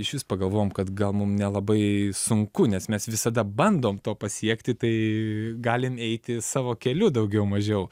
išvis pagalvojom kad gal mum nelabai sunku nes mes visada bandom to pasiekti tai galim eiti savo keliu daugiau mažiau